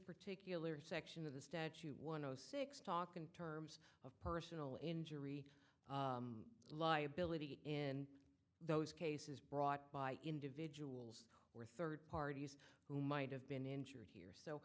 particular section of the statute one o six talk in terms of personal injury liability in those cases brought by individuals or rd parties who might have been injured here